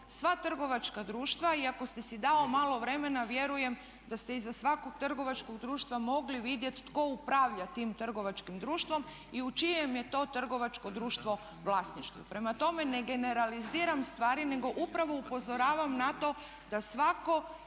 sva trgovačka društva i ako ste si dali malo vremena vjerujem da ste iza svakog trgovačkog društva mogli vidjeti tko upravlja tim trgovačkim društvom i u čijem je to trgovačko društvo vlasništvu. Prema tome, ne generaliziram stvari nego upravo upozoravam na to da svako